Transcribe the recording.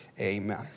Amen